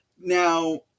Now